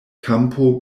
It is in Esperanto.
kampo